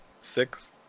Six